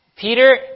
Peter